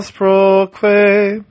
proclaim